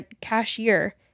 cashier